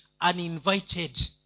uninvited